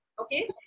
okay